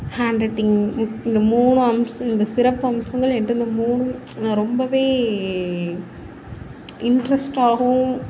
hand writing இந்த மூணு அம்ச இந்த சிறப்பு அம்சங்கள் என்கிட்ட இந்த மூணும் ரொம்பவே இன்ட்ரஸ்டாகும்